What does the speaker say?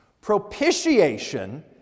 Propitiation